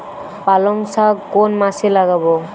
পালংশাক কোন মাসে লাগাব?